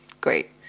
great